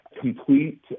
Complete